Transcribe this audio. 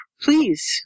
Please